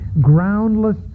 groundless